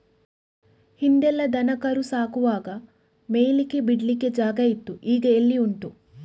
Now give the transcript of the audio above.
ಹಿಂದೆಲ್ಲ ದನ ಕರು ಸಾಕುವಾಗ ಮೇಯ್ಲಿಕ್ಕೆ ಬಿಡ್ಲಿಕ್ಕೆ ಜಾಗ ಇತ್ತು ಈಗ ಎಲ್ಲಿ ಉಂಟು